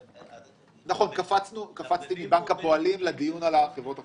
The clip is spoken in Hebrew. נכון, קפצתי מבנק הפועלים לדיון על חברות אחזקה.